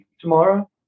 tomorrow